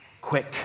Quick